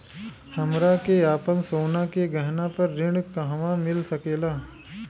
हमरा के आपन सोना के गहना पर ऋण कहवा मिल सकेला?